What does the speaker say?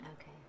Okay